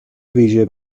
ویژه